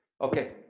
Okay